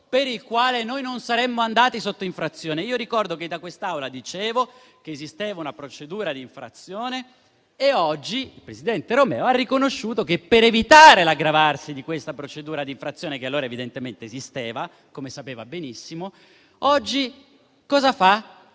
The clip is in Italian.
per il quale noi non saremmo andati sotto infrazione. Ricordo che in quest'Aula dicevo che esisteva una procedura di infrazione e oggi il presidente Romeo ha riconosciuto che, per evitare l'aggravarsi di questa procedura di infrazione (che allora evidentemente esisteva, come sapeva benissimo), oggi si